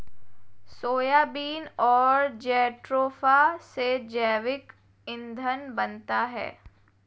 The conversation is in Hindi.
सोयाबीन और जेट्रोफा से जैविक ईंधन बनता है